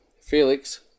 Felix